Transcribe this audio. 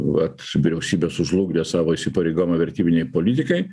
vat vyriausybė sužlugdė savo įsipareigojimą vertybinei politikai